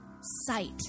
sight